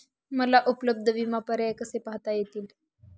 मला उपलब्ध विमा पर्याय कसे पाहता येतील?